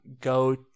go